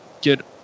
get